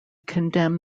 condemn